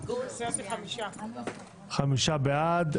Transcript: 5 נגד,